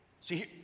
See